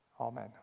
Amen